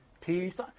peace